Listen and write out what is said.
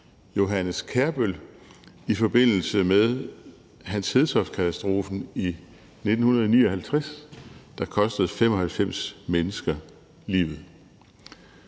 Johannes Kjærbøl i forbindelse med M/S Hans Hedtoft-katastrofen i 1959, der kostede 95 mennesker livet.